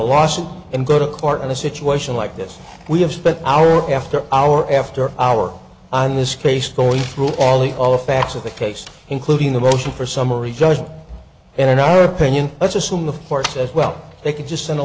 lawsuit and go to court in a situation like this we have spent hour after hour after hour on this case story through all the all the facts of the case including the motion for summary judgment and in our opinion let's assume the force as well they can just send a